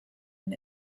and